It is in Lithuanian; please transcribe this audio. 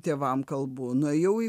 tėvam kalbu nuėjau į